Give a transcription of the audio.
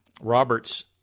Robert's